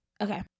okay